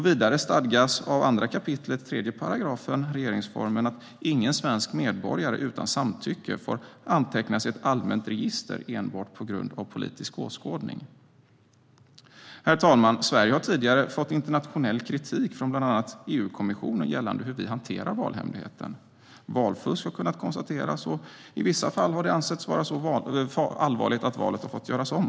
Vidare stadgas i 2 kap. 3 § regeringsformen att ingen svensk medborgare utan samtycke får antecknas i ett allmänt register enbart på grund av politisk åskådning. Herr talman! Sverige har tidigare fått internationell kritik från bland annat EU-kommissionen gällande hur vi hanterar valhemligheten. Valfusk har kunnat konstateras, och i vissa fall har det ansetts vara så allvarligt att valet har fått göras om.